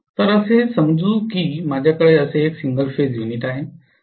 तर असे समजू की माझ्याकडे असे एक सिंगल फेज युनिट आहे